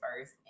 first